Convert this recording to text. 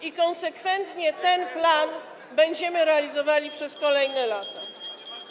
I konsekwentnie ten plan będziemy realizowali przez kolejne lata.